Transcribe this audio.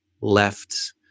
left